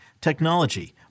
technology